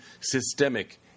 systemic